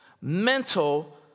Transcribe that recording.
Mental